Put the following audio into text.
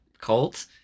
cult